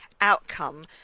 Outcome